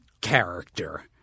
character